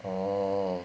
orh